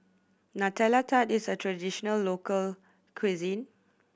Nutella Tart is a traditional local cuisine